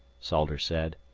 salters said.